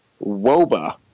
Woba